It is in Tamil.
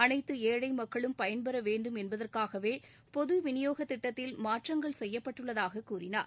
அனைத்து ஏழை மக்களும் பயன்பெற வேண்டும் என்பதற்காகவே பொது விநியோக திட்டத்தில் மாற்றங்கள் செய்யப்பட்டுள்ளதாகக் கூறினார்